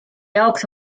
jaoks